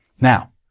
Now